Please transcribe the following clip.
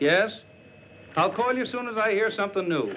yes i'll call you soon as i hear something new